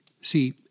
See